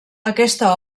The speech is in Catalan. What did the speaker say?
aquesta